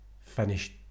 Finished